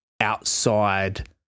outside